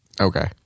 Okay